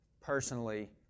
personally